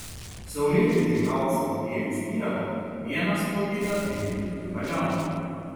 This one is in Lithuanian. saulėlydžiui auksu apliejus pievą vienas po kito ėmė kilti balionai